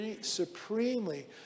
supremely